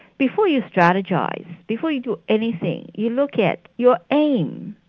before you strategise, before you do anything, you look at your aim,